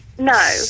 No